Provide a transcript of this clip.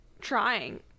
trying